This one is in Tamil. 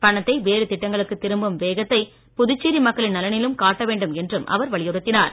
பணத்தை வேறு திட்டங்களுக்கு திரும்பும் வேகத்தை புதுச்சேரி மக்களின் நலனிலும் காட்ட வேண்டும் என்றும் அவர் வலியுறுத்தினார்